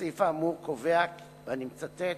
הסעיף האמור קובע כי, ואני מצטט: